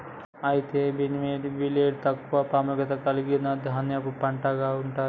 అయితే barnyard millet తక్కువ ప్రాముఖ్యత కలిగిన ధాన్యపు పంటగా ఉంది